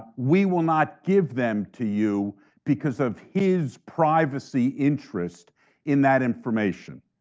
we will not give them to you because of his privacy interest in that information.